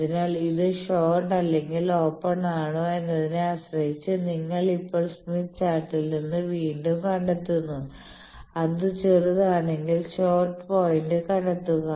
അതിനാൽ ഇത് ഷോർട്ട് അല്ലെങ്കിൽ ഓപ്പൺ ആണോ എന്നതിനെ ആശ്രയിച്ച് നിങ്ങൾ ഇപ്പോൾ സ്മിത്ത് ചാർട്ടിൽ നിന്ന് വീണ്ടും കണ്ടെത്തുന്നു അത് ചെറുതാണെങ്കിൽ ഷോർട്ട് പോയിന്റ് കണ്ടെത്തുക